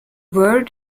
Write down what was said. word